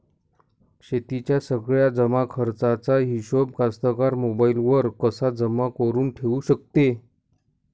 शेतीच्या सगळ्या जमाखर्चाचा हिशोब कास्तकार मोबाईलवर कसा जमा करुन ठेऊ शकते?